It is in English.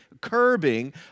curbing